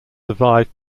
survived